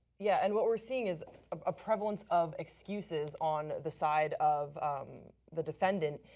yeah and what we are seeing is a prevalence of excuses on the side of the defendant.